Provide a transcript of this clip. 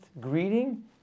greeting